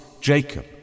Jacob